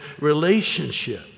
relationship